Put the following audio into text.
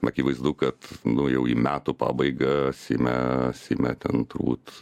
akivaizdu kad na jau į metų pabaigą seime seime ten turbūt